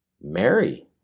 Mary